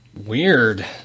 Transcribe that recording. Weird